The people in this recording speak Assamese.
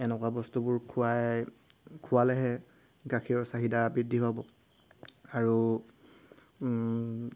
এনেকুৱা বস্তুবোৰ খোৱাই খোৱালেহে গাখীৰৰ চাহিদা বৃদ্ধি হ'ব আৰু